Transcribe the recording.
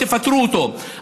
תפטרו אותו,